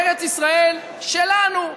ארץ ישראל שלנו.